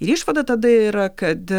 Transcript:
ir išvada tada yra kad